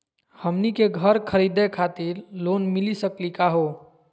हमनी के घर खरीदै खातिर लोन मिली सकली का हो?